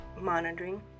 monitoring